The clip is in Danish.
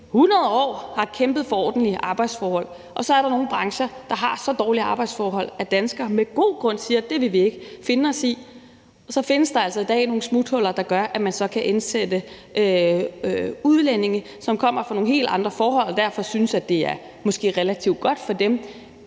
100 år har kæmpet for ordentlige arbejdsforhold. Så er der nogle brancher, der har så dårlige arbejdsforhold, at danskere med god grund siger, at det vil de ikke finde sig i. I dag findes der så nogle smuthuller, der gør, at man så kan indsætte udlændinge, som kommer fra nogle helt andre forhold og derfor synes, at det måske er relativt godt for dem.